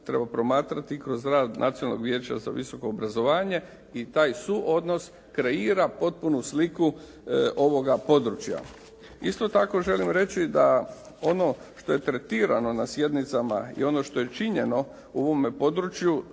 treba promatrati kroz rad Nacionalnog vijeća za visoko obrazovanje i taj suodnos kreira potpunu sliku ovoga područja. Isto tako, želim reći da ono što je tretirano na sjednicama i ono što je činjeno u ovome području